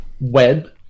web